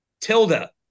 Tilda